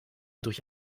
durch